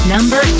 Number